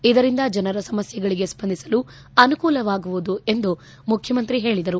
ಇದರಿಂದ ಜನರ ಸಮಸ್ಥೆಗಳಿಗೆ ಸ್ವಂದಿಸಲು ಅನುಕೂಲವಾಗುವುದು ಎಂದು ಮುಖ್ಣಮಂತ್ರಿ ಹೇಳದರು